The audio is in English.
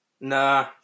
Nah